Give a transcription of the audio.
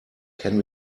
can